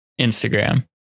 Instagram